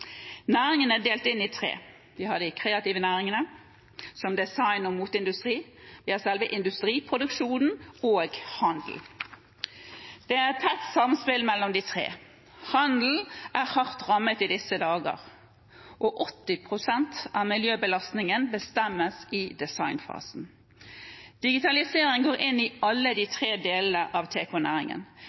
Næringen er delt inn i tre bransjer: Vi har de kreative næringene, som design- og moteindustrien, vi har selve industriproduksjonen, og vi har handelen. Det er et tett samspill mellom de tre. Handelen er hardt rammet i disse dager, og 80 pst. av miljøbelastningen bestemmes i designfasen. Digitalisering går inn i alle de tre delene av